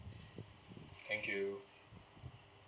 thank you